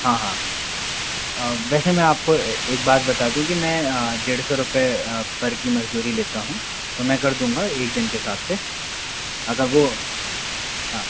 हाँ हाँ वैसे मैं आपको एक बात बता दूँ की मैं डेढ़ सौ रुपये पर की मजदूरी लेता हूँ तो मैं कर दूँगा एक दिन के हिसाब से अगर वो हाँ